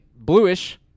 bluish